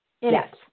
Yes